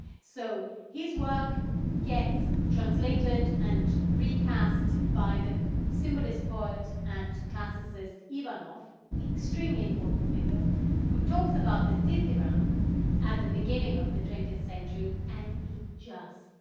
so his work gets translated and recast by the symbolist poets and classicist ivanov extremely important figure who talks about the dithyramb at the beginning of the twentieth century and it just